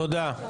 תודה.